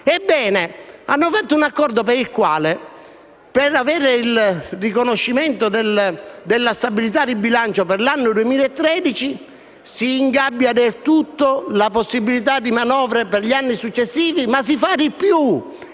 Hanno fatto un accordo in base al quale, per avere il riconoscimento della stabilità di bilancio per l'anno 2013, si ingabbia del tutto la possibilità di fare manovre negli anni successivi. E si fa anche